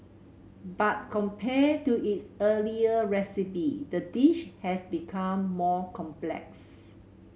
but compared to its earlier recipe the dish has become more complex